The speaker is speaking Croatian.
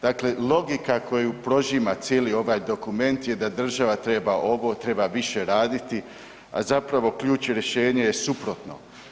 Dakle, logika koju prožima cijeli ovaj dokument je da država treba ovo, treba više raditi, a zapravo ključ je rješenje je suprotno.